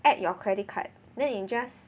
add your credit card then you just